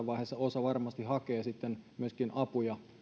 vaiheessa varmasti hakee myöskin apuja